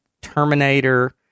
Terminator